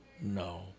No